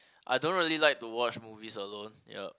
I don't really like to watch movies alone yup